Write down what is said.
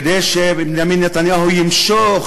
כדי שבנימין נתניהו ימשוך,